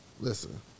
Listen